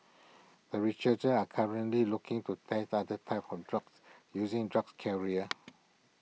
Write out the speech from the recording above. the researchers are currently looking to test other types of drugs using drugs carrier